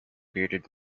bearded